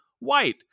White